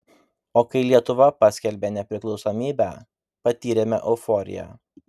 o kai lietuva paskelbė nepriklausomybę patyrėme euforiją